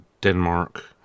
Denmark